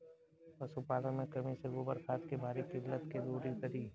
पशुपालन मे कमी से गोबर खाद के भारी किल्लत के दुरी करी?